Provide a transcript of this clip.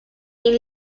been